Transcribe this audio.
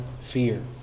fear